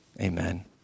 amen